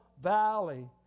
valley